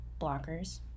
blockers